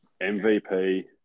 MVP